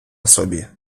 собі